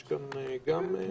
יש כאן גם נציגים?